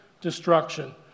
destruction